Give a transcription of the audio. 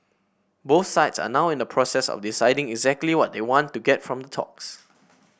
both sides are now in the process of deciding exactly what they want to get from the talks